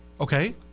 okay